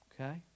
Okay